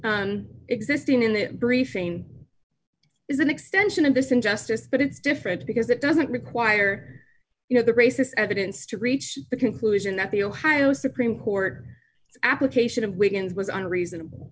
im existing in the briefing is an extension of this injustice but it's different because it doesn't require you know the racist evidence to reach the conclusion that the ohio supreme court application of wiggins was unreasonable